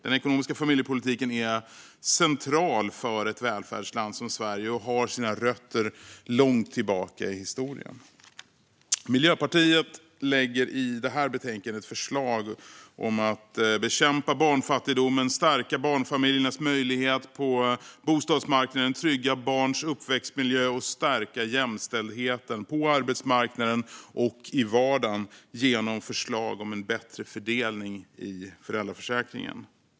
Den ekonomiska familjepolitiken är central för ett välfärdsland som Sverige och har sina rötter långt tillbaka i historien. Miljöpartiet lägger i det här betänkandet fram förslag om att bekämpa barnfattigdomen, stärka barnfamiljernas möjligheter på bostadsmarknaden, trygga barns uppväxtmiljö och stärka jämställdheten på arbetsmarknaden och i vardagen genom en bättre fördelning i föräldraförsäkringen.